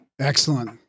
Excellent